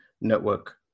network